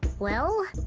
well,